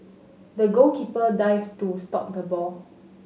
the goalkeeper dived to stop the ball